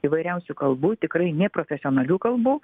įvairiausių kalbų tikrai neprofesionalių kalbų